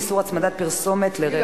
איסור הצמדת פרסומת לרכב).